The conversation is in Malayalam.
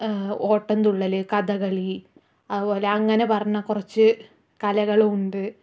ഓട്ടം തുള്ളല് കഥകളി അതുപോലെ അങ്ങനെ പറഞ്ഞ കുറച്ച് കലകളും ഉണ്ട്